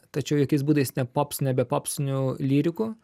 tačiau jokiais būdais ne pops ne bepopsinių lyrikų